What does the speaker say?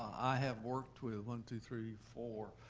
i have worked with one, two, three, four,